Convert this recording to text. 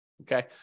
Okay